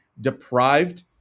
deprived